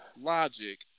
logic